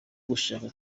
gushaka